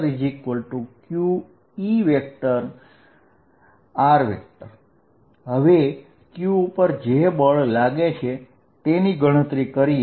FqE હવે q ઉપર જે બળ લાગે છે તેની ગણતરી કરીએ